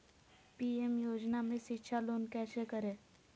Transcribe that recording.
PM योजना में शिक्षा लोन कैसे करें?